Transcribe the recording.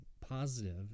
positive